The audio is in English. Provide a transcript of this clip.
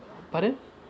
pardon